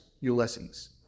Ulysses